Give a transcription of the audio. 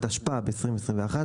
התשפ"ב 2021,